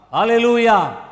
Hallelujah